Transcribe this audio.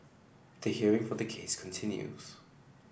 the hearing for the case continues